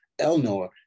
elnor